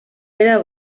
era